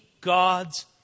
God's